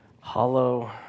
Hollow